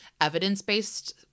evidence-based